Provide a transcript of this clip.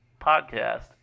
podcast